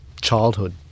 childhood